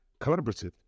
collaborative